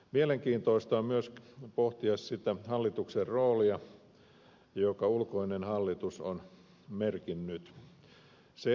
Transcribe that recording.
mielenkiintoista on myös pohtia sitä hallituksen roolia jota ulkoinen hallitus on merkinnyt